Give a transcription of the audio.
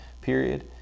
period